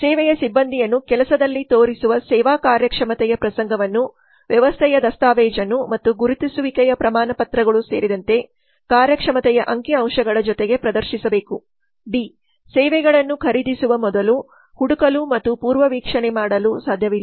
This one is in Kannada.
ಸೇವೆಯ ಸಿಬ್ಬಂದಿಯನ್ನು ಕೆಲಸದಲ್ಲಿ ತೋರಿಸುವ ಸೇವಾ ಕಾರ್ಯಕ್ಷಮತೆಯ ಪ್ರಸಂಗವನ್ನು ವ್ಯವಸ್ಥೆಯ ದಸ್ತಾವೇಜನ್ನು ಮತ್ತು ಗುರುತಿಸುವಿಕೆಯ ಪ್ರಮಾಣಪತ್ರಗಳು ಸೇರಿದಂತೆ ಕಾರ್ಯಕ್ಷಮತೆಯ ಅಂಕಿಅಂಶಗಳ ಜೊತೆಗೆ ಪ್ರದರ್ಶಿಸಬೇಕು ಡಿ ಸೇವೆಗಳನ್ನು ಖರೀದಿಸುವ ಮೊದಲು ಹುಡುಕಲು ಮತ್ತು ಪೂರ್ವವೀಕ್ಷಣೆ ಮಾಡಲು ಸಾಧ್ಯವಿಲ್ಲ